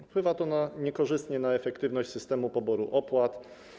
Wpływa to niekorzystnie na efektywność systemu poboru opłat.